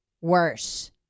worse